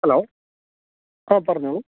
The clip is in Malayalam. ഹലോ ആ പറഞ്ഞുകൊള്ളൂ